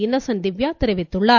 Innocent Divya தெரிவித்துள்ளார்